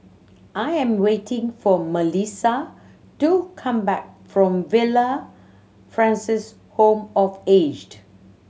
I am waiting for Milissa to come back from Villa Francis Home for The Aged